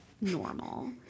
Normal